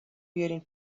بیارین